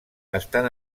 estan